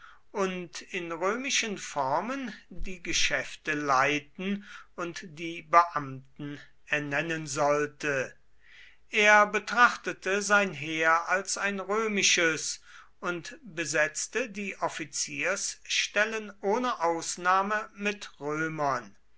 und in römischen formen die geschäfte leiten und die beamten ernennen sollte er betrachtete sein heer als ein römisches und besetzte die offiziersstellen ohne ausnahme mit römern